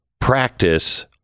practice